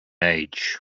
age